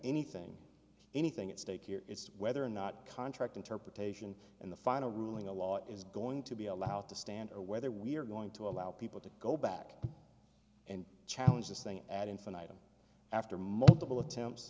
anything anything at stake here is whether or not contract interpretation in the final ruling a law is going to be allowed to stand or whether we're going to allow people to go back and challenge this thing ad infinitum after multiple attempts